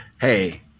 hey